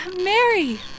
Mary